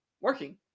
working